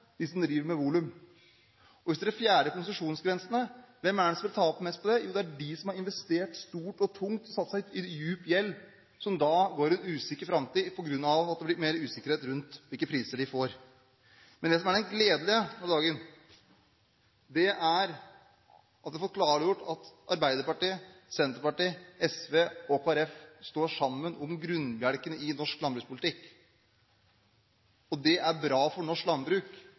med volum. Hvis man fjerner konsesjonsgrensene, hvem vil da tape mest på det? Jo, det er de som har investert stort og tungt og satt seg i dyp gjeld, som da går en usikker framtid i møte på grunn av at det er blitt mer usikkerhet om hvilke priser de får. Men det som er det gledelige i dag, er at vi har fått klargjort at Arbeiderpartiet, Senterpartiet, SV og Kristelig Folkeparti står sammen om grunnbjelkene i norsk landbrukspolitikk. Det er bra for norsk landbruk